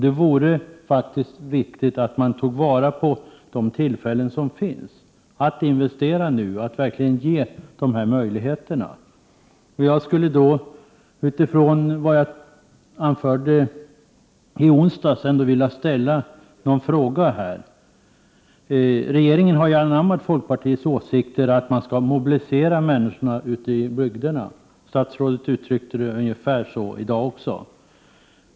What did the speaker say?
Det är faktiskt viktigt att man tar till vara de tillfällen som finns att investera nu och verkligen ge dessa möjligheter. Utifrån vad jag anförde i onsdags skulle jag vilja ställa några frågor till statsrådet. Regeringen har ju anammat folkpartiets åsikter att man skall mobilisera människorna ute i bygderna. Statsrådet uttryckte sig ungefär på det sättet i dag också.